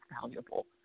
valuable